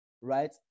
right